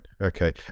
okay